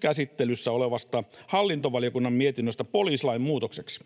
käsittelyssä olevasta hallintovaliokunnan mietinnöstä poliisilain muutokseksi.